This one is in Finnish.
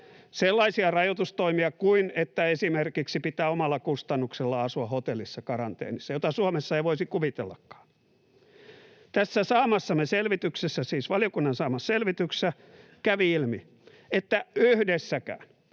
sellaisia rajoitustoimia kuin että esimerkiksi pitää omalla kustannuksella asua hotellissa karanteenissa, mitä Suomessa ei voisi kuvitellakaan. Tässä saamassamme selvityksessä — siis valiokunnan saamassa selvityksessä — kävi ilmi, että yhdessäkään,